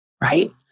Right